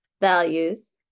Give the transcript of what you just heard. values